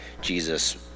Jesus